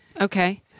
Okay